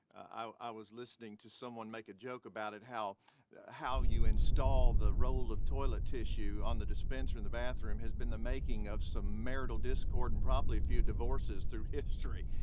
i was listening to someone make make a joke about it, how how you install the roll of toilet tissue on the dispenser in the bathroom has been the making of some martial discord and probably a few divorces through history.